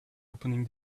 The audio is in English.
opening